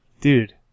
Dude